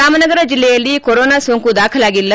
ರಾಮನಗರ ಜಿಲ್ಲೆಯಲ್ಲಿ ಕೊರೋನ ಸೋಂಕು ದಾಖಲಾಗಿಲ್ಲ